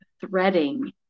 threading